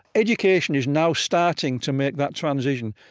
education is now starting to make that transition,